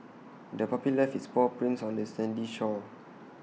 the puppy left its paw prints on the sandy shore